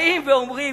באים ואומרים,